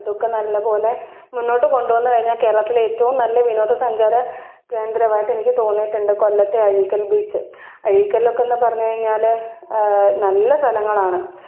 അതൊക്കെ നല്ലപോലെ മുന്നോട്ട് കൊണ്ടുവന്ന് കഴിഞ്ഞാൽ കേരളത്തിലേറ്റവും നല്ല വിനോദസഞ്ചാര കേന്ദ്രമായിട്ടെനിക്ക് തോന്നിയിട്ടുണ്ട് കൊല്ലത്തെ അഴീക്കൽ ബീച്ച് അഴീക്കലൊക്കെയെന്ന് പറഞ്ഞുകഴിഞ്ഞാൽ നല്ല സ്ഥലങ്ങളാണ്